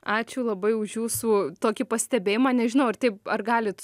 ačiū labai už jūsų tokį pastebėjimą nežinau ar taip ar galit